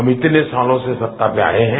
हम इतने सालों से सत्ता में आए हैं